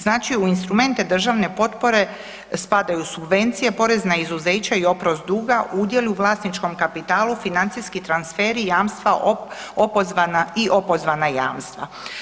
Znači u instrumente državne potpore spadaju subvencije, porezna izuzeća i oprost duga u udjelu vlasničkom kapitalu, financijski transferi, jamstva opozvana i opozvana jamstva.